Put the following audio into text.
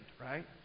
right